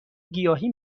گیاهی